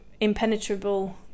impenetrable